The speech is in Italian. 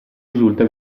risulta